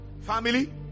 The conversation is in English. family